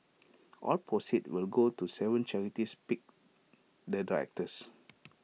all proceeds will go to Seven charities picked the directors